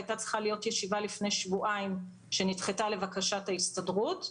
הייתה צריכה להיות ישיבה לפני שבועיים שנדחתה לבקשת ההסתדרות,